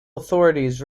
authorities